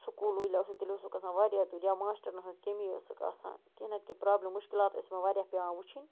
school ییٚلہِ اوسُکھ آسان تیٚلہِ اوسُکھ آسان وارِیاہ دوٗر یا ماشٹر ہِنٛز کٔمی ٲسٕکھ آسان کیٚنٛہہ نَہ تہٕ کیٚنٛہہ پرٛابلِم مُشکِلات ٲسۍ وارِیاہ پیٚوان وٕچھنۍ